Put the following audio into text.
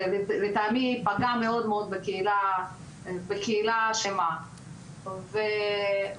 שלטעמי פגע מאוד מאוד בקהילה שלמה ואנחנו